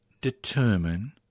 determine